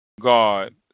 God